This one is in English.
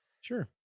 Sure